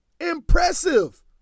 Impressive